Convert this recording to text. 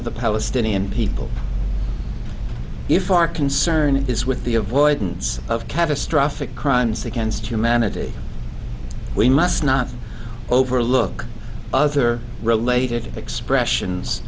of the palestinian people if our concern is with the avoidance of catastrophic crimes against humanity we must not overlook other related expressions